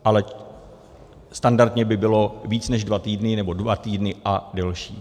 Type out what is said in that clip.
Ale standardně by bylo více než dva týdny, nebo dva týdny a delší.